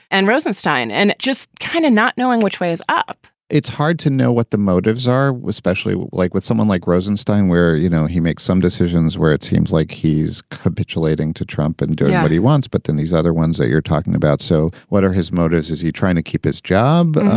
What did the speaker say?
and rosenstein and just kind of not knowing which way is up it's hard to know what the motives are, especially like with someone like rosenstein where, you know, he makes some decisions where it seems like he's capitulating to trump and doing what he wants. but then these other ones that you're talking about. so what are his motives? is he trying to keep his job? and,